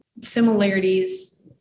similarities